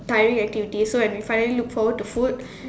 tiring activities so when we finally look forward to food